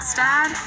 dad